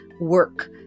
work